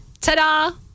ta-da